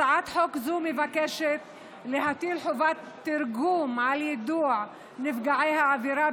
הצעת חוק זו מבקשת להטיל חובת תרגום על יידוע נפגעי העבירה,